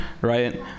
right